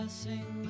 sing